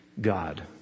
God